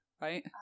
Right